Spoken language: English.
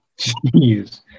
jeez